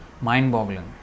mind-boggling